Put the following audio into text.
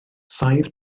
saif